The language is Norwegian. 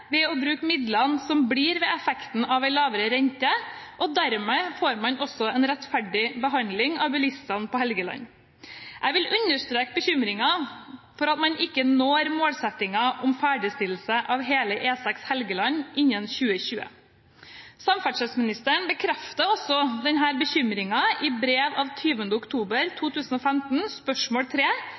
ved å bruke midlene som en får som effekten av en lavere rente. Dermed får man også en rettferdig behandling av bilistene på Helgeland. Jeg vil understreke bekymringen for at man ikke når målsettingen om ferdigstillelse av hele E6 Helgeland innen 2020. Samferdselsministeren bekrefter også denne bekymringen i brev av 20. oktober 2015, angående spørsmål